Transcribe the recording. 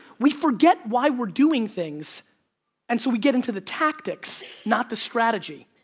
we forget why we're doing things and so we get into the tactics, not the strategy.